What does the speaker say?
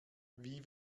wie